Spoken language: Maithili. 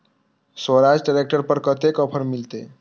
स्वराज ट्रैक्टर पर कतेक ऑफर मिलते?